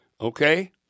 Okay